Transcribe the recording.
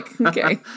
okay